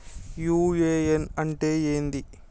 UAN అంటే ఏంది?